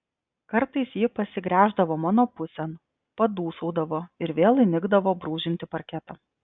kartais ji pasigręždavo mano pusėn padūsaudavo ir vėl įnikdavo brūžinti parketą